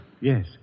Yes